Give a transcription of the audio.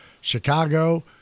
Chicago